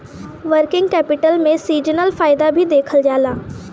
working capital में seasonal फायदा भी देखल जाला